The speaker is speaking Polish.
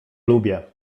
lubię